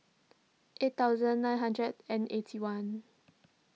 eight thousand nine hundred and eighty one